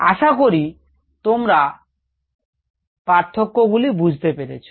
আশা করি তোমরা পার্থক্য গুলি বুঝতে পেরেছ